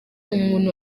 umuntu